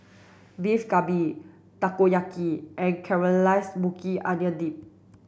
Beef Galbi Takoyaki and Caramelized Maui Onion Dip